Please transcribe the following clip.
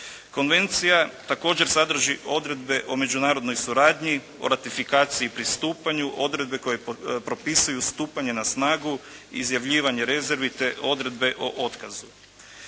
Konvencija također sadrži odredbe o međunarodnoj suradnji, o ratifikaciji i pristupanju, odredbe koje propisuju stupanje na snagu, izjavljivanje rezervi te odredbe o otkazu.